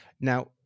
Now